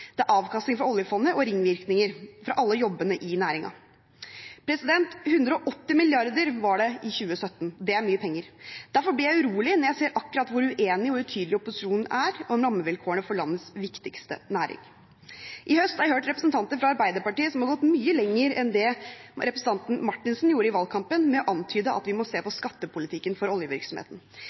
det er avkastning fra oljefondet og ringvirkninger fra alle jobbene i næringen. I 2017 var det 180 mrd. kr. Det er mye penger. Derfor blir jeg urolig når jeg ser hvor uenig og utydelig opposisjonen er om rammevilkårene for landets viktigste næring. I høst har jeg hørt representanter fra Arbeiderpartiet som har gått mye lenger enn det representanten Marthinsen gjorde i valgkampen, med å antyde at vi må se på skattepolitikken for oljevirksomheten.